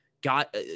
got